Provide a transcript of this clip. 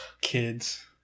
Kids